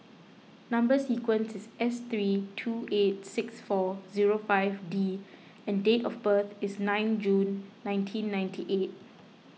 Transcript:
Number Sequence is S three two eight six four zero five D and date of birth is nine June nineteen ninety eight